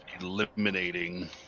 eliminating